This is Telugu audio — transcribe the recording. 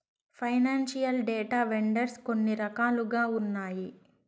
ఫైనాన్సియల్ డేటా వెండర్స్ కొన్ని రకాలుగా ఉన్నాయి